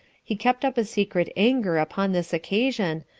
he kept up a secret anger upon this occasion,